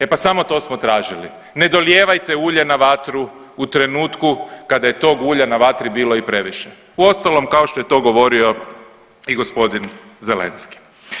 E pa samo to smo tražili, ne dolijevajte ulje na vatru u trenutku kada je tog ulja na vatri bilo i previše, uostalom kao što je to govorio i g. Zelenski.